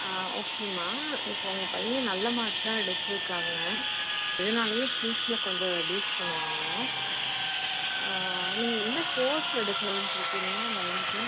ஆ ஓகேம்மா இப்போ உங்கள் பையன் நல்ல மார்க் தான் எடுத்துருக்காங்க இதனாலயே ஃபீஸ்ஸில் கொஞ்சம் ரெட்யூஸ் பண்ணுவாங்க நீங்கள் என்ன கோர்ஸ் எடுக்கலான்ட்டு இருக்கீங்க லெவன்த்தில்